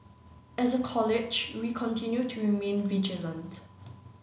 as a College we continue to remain vigilant